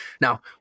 Now